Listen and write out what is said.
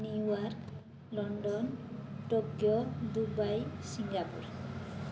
New York London Tokyo Dubai Singapore